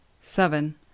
seven